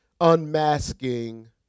unmasking